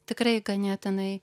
tikrai ganėtinai